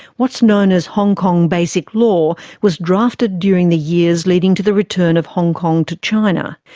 what's known as hong kong basic law was drafted during the years leading to the return of hong kong to china.